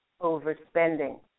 overspending